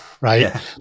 right